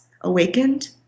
awakened